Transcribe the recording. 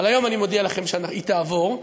אבל היום אני מודיע לכם שהיא תעבור,